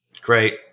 Great